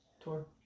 tour